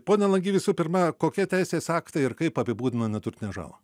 pone lagy visų pirma kokie teisės aktai ir kaip apibūdina neturtinę žalą